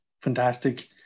Fantastic